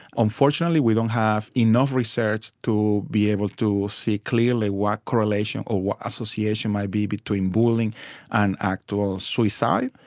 unfortunately we don't have enough research to be able to see clearly what correlation or what association might be between bullying and actual suicide.